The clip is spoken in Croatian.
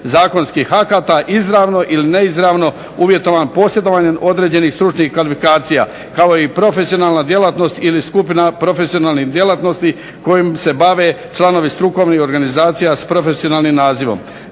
zakonskih akata izravno ili neizravno uvjetovan posjedovanjem određenih stručnih kvalifikacija kao i profesionalna djelatnost ili skupina profesionalnih djelatnosti kojim se bave članovi strukovnih organizacija s profesionalnim nazivom.